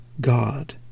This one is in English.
God